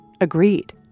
agreed